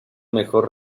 mejor